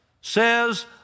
says